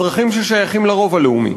אזרחים ששייכים לרוב הלאומי?